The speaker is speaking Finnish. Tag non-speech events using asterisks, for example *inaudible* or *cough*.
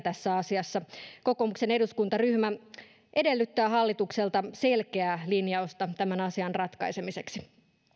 *unintelligible* tässä asiassa kokoomuksen eduskuntaryhmä edellyttää hallitukselta selkeää linjausta tämän asian ratkaisemiseksi